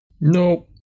Nope